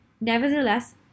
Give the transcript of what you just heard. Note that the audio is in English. Nevertheless